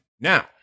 Now